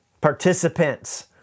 participants